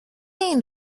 این